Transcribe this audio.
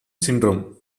syndrome